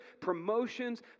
promotions